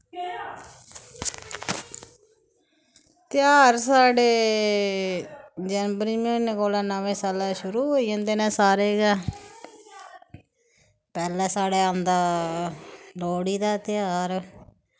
त्यहार साढ़े जनवरी म्हीने कोला नमें साल्ला शुरू होई जंदे न सारे गै पैह्लैं साढ़ै औंदा लोह्ड़ी दा ध्यार